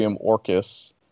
orcus